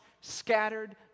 scattered